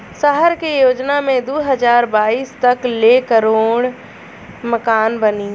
सहर के योजना मे दू हज़ार बाईस तक ले करोड़ मकान बनी